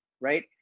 right